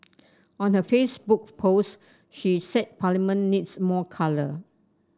on her Facebook post she said Parliament needs more colour